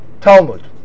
Talmud